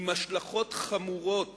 עם השלכות חמורות